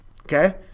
okay